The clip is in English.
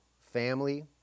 family